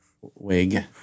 Wig